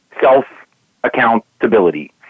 self-accountability